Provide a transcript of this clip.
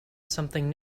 something